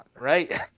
right